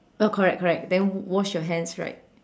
uh correct correct then wash your hands right